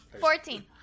Fourteen